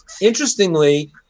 interestingly